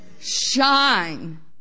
Shine